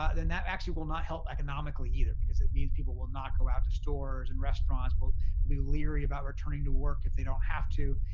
ah then that actually will not help economically either, because it means will not go out to stores and restaurants, will be leery about returning to work if they don't have to.